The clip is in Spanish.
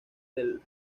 del